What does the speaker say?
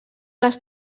les